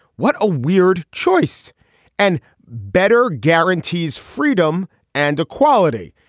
what a weird choice and better guarantees freedom and equality.